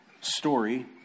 story